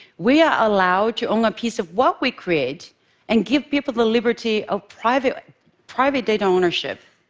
we are allowed to own a piece of what we create and give people the liberty of private private data ownership?